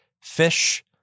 fish